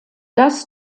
das